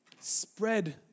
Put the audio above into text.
spread